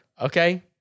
okay